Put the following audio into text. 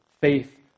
faith